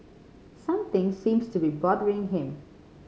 something seems to be bothering him